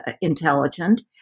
intelligent